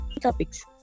topics